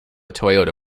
toyota